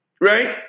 right